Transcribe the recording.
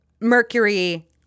Mercury